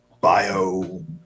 bio